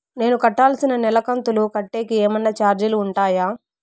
నేను కట్టాల్సిన నెల కంతులు కట్టేకి ఏమన్నా చార్జీలు ఉంటాయా?